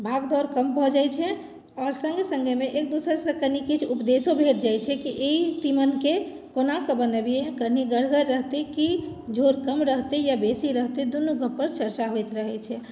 भागदौड़ कम भऽ जाइत छै आओर सङ्गे सङ्गेमे एक दोसरसँ कनि किछु उपदेशो भेट जाइत छै कि ई तीमनके कोनाके बनबियै कनि गढ़गर रहतै कि झोर कम रहतै या बेसी रहतै दुनू गप्पपर चर्चा होइत रहैत छै